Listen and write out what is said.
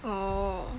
oh